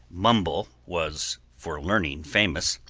mumble was for learning famous.